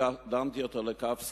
דנתי אותו לכף זכות,